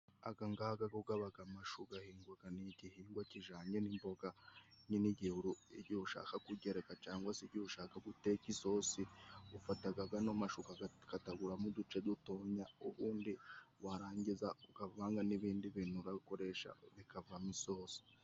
Agangagago gabaga amashu gahingwaga, ni igihingwa kijanye n'imboga, nyine igihe ushaka kugereka cangwa se igihe ushaka guteka isosi, ufataga gano mashu ukagakataguramo uduce dutonya, ubundi warangiza ukavanga n'ibindi bintu urakoresha bikavamo isosi.